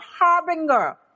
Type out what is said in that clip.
harbinger